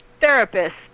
therapist